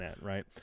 right